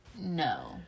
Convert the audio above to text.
no